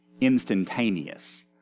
instantaneous